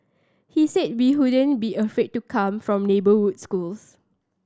he said we wouldn't be afraid to come from neighbourhood schools